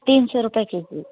तीन सौ रुपए केजी